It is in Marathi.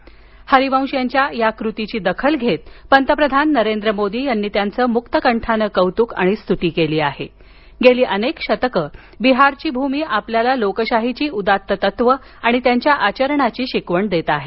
मोदी हरिवंश यांच्या या कृतीची दखल घेत पंतप्रधान नरेंद्र मोदी यांनी त्यांचं मुक्तकंठानं कौतुक आणि स्तुती केली आहे गेली अनेक शतकं बिहारची भूमी आपल्याला लोकशाहीची उदात्त तत्वं आणि त्यांच्या आचरणाची शिकवण देत आहे